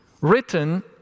written